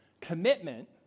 Commitment